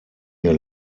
mir